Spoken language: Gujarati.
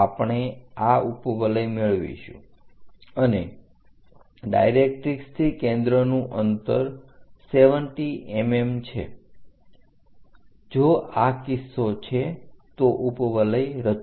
આપણે આ ઉપવલય મેળવીશું અને ડાઇરેક્ટરીક્ષ થી કેન્દ્રનું અંતર 70 mm છે જો આ કિસ્સો છે તો ઉપવલય રચો